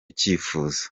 cyifuzo